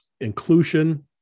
Inclusion